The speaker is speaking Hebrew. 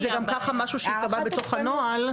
כי זה גם ככה משהו שייקבע בתוך הנוהל.